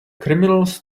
criminals